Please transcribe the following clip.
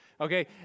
Okay